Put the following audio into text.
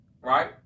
Right